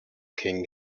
king